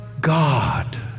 God